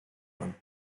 them